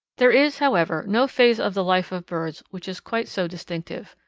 there is, however, no phase of the life of birds which is quite so distinctive.